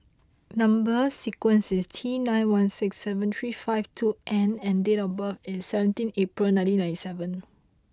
number sequence is T nine one six seven three five two N and date of birth is seventeen April nineteen ninety seven